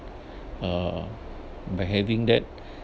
uh but heading that